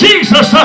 Jesus